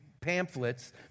pamphlets